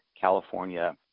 California